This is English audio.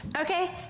Okay